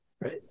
right